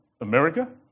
America